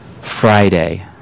Friday